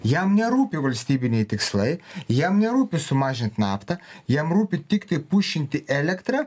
jam nerūpi valstybiniai tikslai jam nerūpi sumažint naftą jiem rūpi tiktai pušinti elektrą